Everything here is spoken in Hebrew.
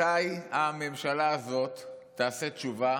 מתי הממשלה הזאת תעשה תשובה